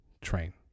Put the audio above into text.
train